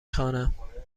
خوانم